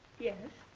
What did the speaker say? yes.